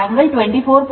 8 angle 24